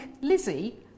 Lizzie